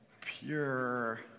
Pure